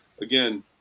again